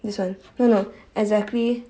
this one no no exactly